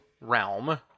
realm